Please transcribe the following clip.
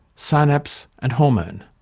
synapse and hormone.